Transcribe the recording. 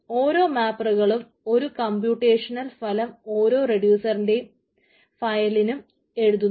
ഓരോ മാപ്പറുകളും ഒരു കംപ്യൂട്ടേഷണൽ ഫലം ഓരോ റെഡ്യൂസറിന്റെ ഫയലിനും എഴുതുന്നു